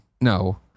No